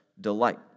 delight